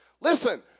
Listen